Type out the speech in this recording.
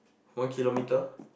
one kilometer